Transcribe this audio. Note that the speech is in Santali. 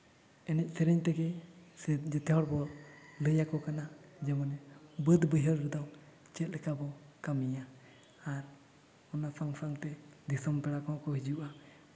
ᱮᱱᱮᱡ ᱥᱮᱨᱮᱧ ᱛᱮᱜᱮ ᱥᱮ ᱡᱚᱛᱚ ᱦᱚᱲ ᱵᱚ ᱞᱟᱹᱭ ᱟᱠᱚ ᱠᱟᱱᱟ ᱡᱮᱢᱚᱱ ᱵᱟᱹᱫᱽ ᱵᱟᱹᱭᱦᱟᱹᱲ ᱨᱮᱫᱚ ᱪᱮᱫ ᱞᱮᱠᱟ ᱵᱚ ᱠᱟᱹᱢᱤᱭᱟ ᱟᱨ ᱚᱱᱟ ᱥᱟᱶ ᱥᱟᱶᱛᱮ ᱫᱤᱥᱚᱢ ᱯᱮᱲᱟ ᱠᱚᱦᱚᱸ ᱠᱚ ᱦᱤᱡᱩᱜᱼᱟ